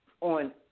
on